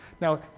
Now